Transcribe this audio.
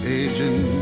aging